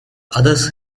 otters